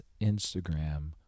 Instagram